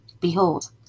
Behold